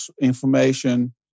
information